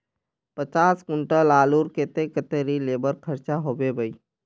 पचास कुंटल आलूर केते कतेरी लेबर खर्चा होबे बई?